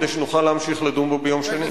כדי שנוכל להמשיך לדון בו ביום שני.